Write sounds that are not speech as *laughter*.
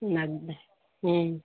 *unintelligible* हूं